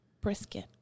brisket